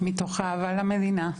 מתוך אהבה למדינה.